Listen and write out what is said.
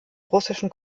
russischen